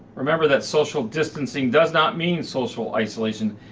remember that social distancing does not mean social isolation.